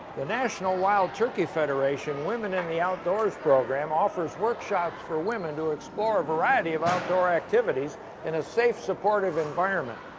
the national wild turkey federation women in the outdoors program offers workshops for women to explore a variety of outdoor activities in a safe, supportive environment.